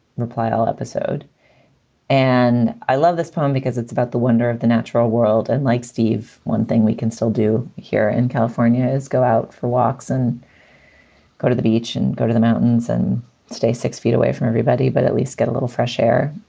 reply all episode and i love this poem because it's about the wonder of the natural world and like steve, one thing we can still do here in california is go out for walks and go to the beach and go to the mountains and stay six feet away from everybody. but at least get a little fresh air.